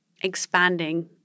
expanding